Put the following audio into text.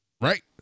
Right